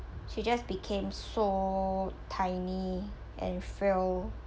she just became so tiny and frail